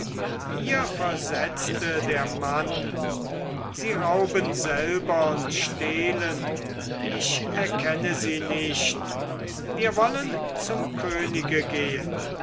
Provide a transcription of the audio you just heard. ihr versetzte der mann sie rauben selber und stehlen ich erkenne sie nicht wir wollen zum könige gehen